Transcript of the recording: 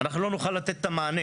אנחנו לא נוכל לתת את המענה